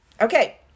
Okay